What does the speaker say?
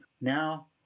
Now